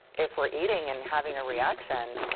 if we're eating and having a reaction.